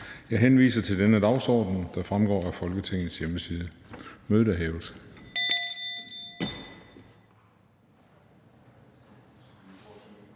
Jeg henviser til den dagsorden, der fremgår af Folketingets hjemmeside. Mødet er hævet.